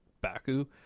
Baku